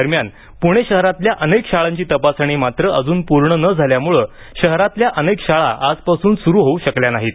दरम्यान पुणे शहरातल्या अनेक शाळांची तपासणी मात्र अजून पूर्ण न झाल्यामुळं शहरातल्या अनेक शाळा आजपासून सुरू होऊ शकल्या नाहीत